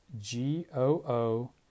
G-O-O